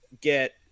get